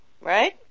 right